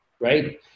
right